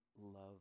love